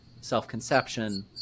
self-conception